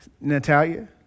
Natalia